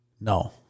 no